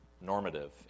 normative